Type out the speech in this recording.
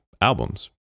albums